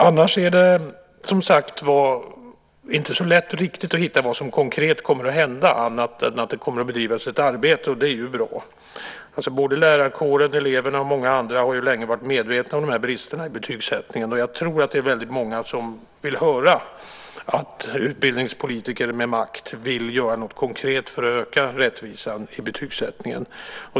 Annars är det inte så lätt att riktigt hitta vad som konkret kommer att hända annat än att det kommer att bedrivas ett arbete, och det är ju bra. Både lärarkåren, eleverna och många andra har länge varit medvetna om de här bristerna i betygssättningen, och jag tror att det är väldigt många som vill höra att utbildningspolitiker med makt vill göra något konkret för att öka rättvisan i betygssättningen.